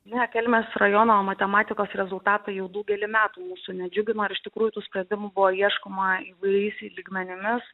ne kelmės rajono matematikos rezultatai jau daugelį metų mūsų nedžiugino ir iš tikrųjų tų sprendimų buvo ieškoma įvairiais lygmenimis